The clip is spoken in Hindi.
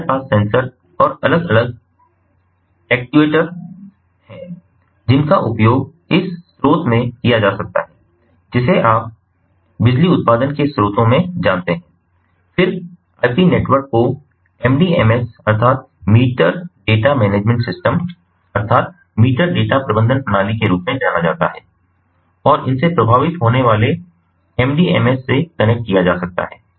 हमारे पास सेंसर और अलग अलग एक्ट्यूएटर हैं जिनका उपयोग इस स्रोत में किया जा रहा है जिसे आप बिजली उत्पादन के स्रोतों में जानते हैं फिर आईपी नेटवर्क को एमडीएमएस मीटर डेटा प्रबंधन प्रणाली के रूप में जाना जाता है और इनसे प्रभावित होने वाले एमडीएमएस से कनेक्ट किया जा सकता है